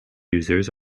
users